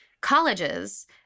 colleges